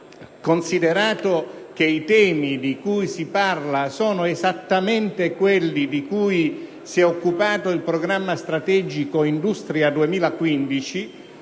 considerato che i temi di cui si parla sono esattamente quelli di cui si è occupato il programma strategico «Industria 2015»,